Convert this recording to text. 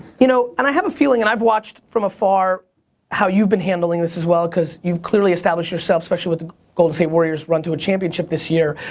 you know and i have a feeling and i've watched from afar how you've been handling this as well cause you've clearly established yourself especially with the golden state warriors run to a championship this year.